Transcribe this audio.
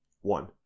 One